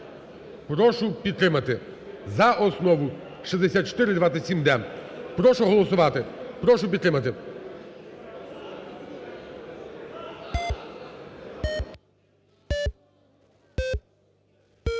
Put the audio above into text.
Прошу підтримати за основу 6427-д. Прошу голосувати, прошу підтримати.